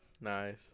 Nice